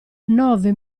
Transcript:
nove